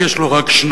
כי יש לו רק שניים,